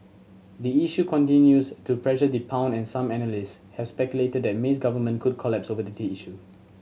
the issue continues to pressure the pound and some analyst have speculated that May's government could collapse over the issue